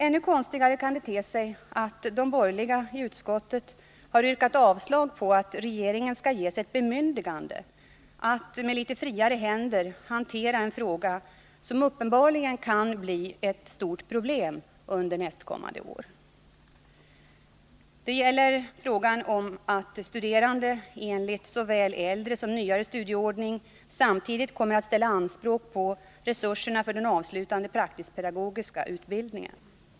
Ännu konstigare kan det te sig att de borgerliga i utskottet har yrkat avslag på att regeringen skall ges ett bemyndigande att med litet friare händer hantera en fråga som uppenbarligen kan bli ett stort problem under nästkommande år. Det gäller frågan om att studerande enligt såväl äldre som nyare studieordning samtidigt kommer att ställa anspråk på resurserna för den avslutande praktisk-pedagogiska utbildningen.